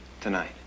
Tonight